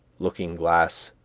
looking-glass,